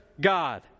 God